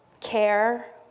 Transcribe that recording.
care